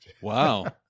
Wow